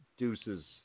Deuces